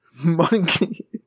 Monkey